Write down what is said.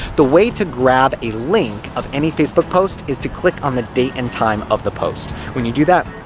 the way to grab a link of any facebook post is to click on the date and time of the post. when you do that,